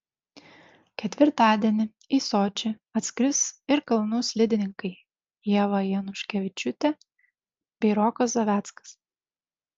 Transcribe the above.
ketvirtadienį į sočį atskris ir kalnų slidininkai ieva januškevičiūtė bei rokas zaveckas